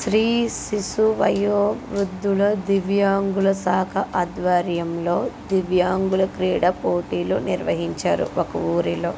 శ్రీ శిశు వయో వృద్ధుల దివ్యాంగుల సహకార్ ఆద్వర్యంలో దివ్యాంగుల క్రీడ పోటీలు నిర్వహించారు ఒక ఊరిలో